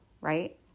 right